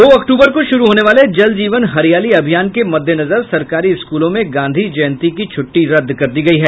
दो अक्टूबर को शुरू होने वाले जल जीवन हरियाली अभियान के मद्देनजर सरकारी स्कूलों में गांधी जयंती की छटटी रदद कर दी गयी है